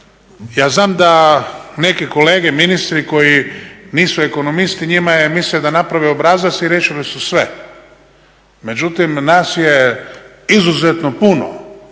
ja znam da neke kolege ministri koji nisu ekonomisti njima je misle da naprave obrazac i riješili su sve, međutim nas je izuzetno puno